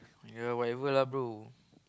!aiya! whatever lah bro